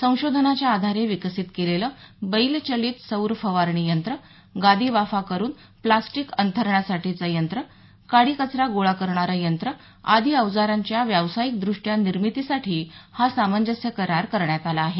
संशोधनाच्या आधारे विकसित केलेलं बैल चलित सौर फवारणी यंत्र गादी वाफा करून प्लास्टिक अंथरण्यासाठीचं यंत्र काडीकचरा गोळा करणार यंत्र आदी अवजारांच्या व्यावसायिकदृष्टया निर्मितीसाठी हा सामंजस्य करार करण्यात आला आहे